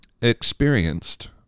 experienced